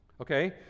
okay